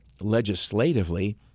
legislatively